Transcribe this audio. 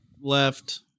left